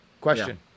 Question